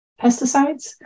pesticides